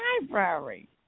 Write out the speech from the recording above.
library